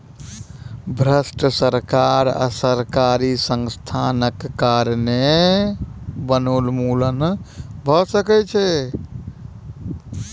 भ्रष्ट सरकार आ सरकारी संस्थानक कारणें वनोन्मूलन भ सकै छै